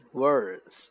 words